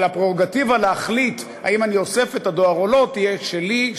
אבל הפררוגטיבה להחליט אם אני אוסף את הדואר או לא תהיה שלי,